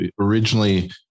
originally